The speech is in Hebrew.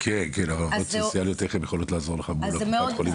אבל איך עובדות סוציאליות עוזרות לך מול קופות החולים?